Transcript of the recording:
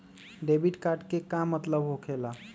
Debit card के का मतलब होकेला?